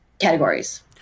categories